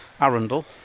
Arundel